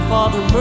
Father